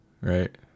Right